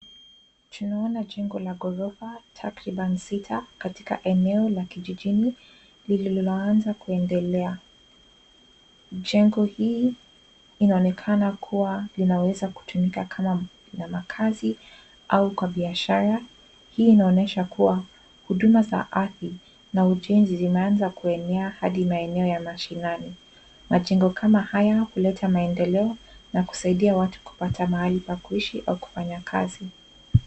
Tunaona jengo la gorofa takribani sita katika eneo la kijijini lililo anza kuendelea jengo hii inaonekana kuwa linaweza kutumika kama makazi au kwa biashara hii inaonyesha kuwa huduma za ardhi na ujenzi zinaanza kuenea hadi maeneo ya mashinani. Majengo kama haya huleta maendeleo na kusaidia watu kupata mahali pa kuishi au kufanya kazi.